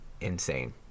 insane